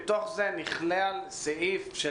בתוך זה נכלל סעיף של